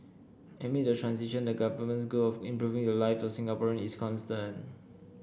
amid the transition the Government's goal of improving the lives of Singaporean is constant